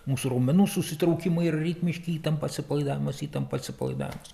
mūsų raumenų susitraukimai yra ritmiški įtampa atsipalaidavimas įtampa atsipalaidavimas